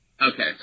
Okay